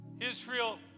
Israel